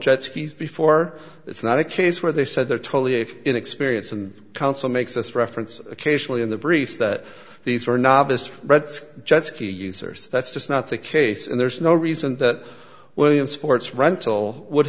jet skis before it's not a case where they said they're totally if in experience and counsel makes us reference occasionally in the briefs that these were novice rights jet ski users that's just not the case and there's no reason that we're in sports rental would